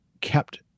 kept